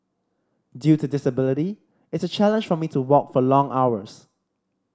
due to disability it's a challenge for me to walk for long hours